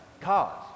Cars